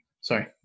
sorry